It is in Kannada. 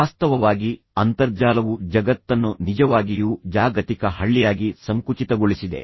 ವಾಸ್ತವವಾಗಿ ಅಂತರ್ಜಾಲವು ಜಗತ್ತನ್ನು ನಿಜವಾಗಿಯೂ ಜಾಗತಿಕ ಹಳ್ಳಿಯಾಗಿ ಸಂಕುಚಿತಗೊಳಿಸಿದೆ